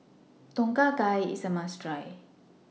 Tom Kha Gai IS A must Try